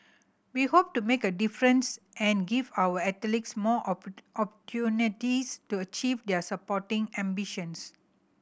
we hope to make a difference and give our athletes more opportunities to achieve their sporting ambitions